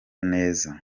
neza